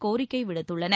கோரிக்கை விடுத்துள்ளனர்